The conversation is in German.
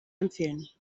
empfehlen